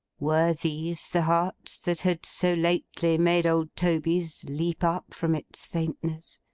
were these the hearts that had so lately made old toby's leap up from its faintness?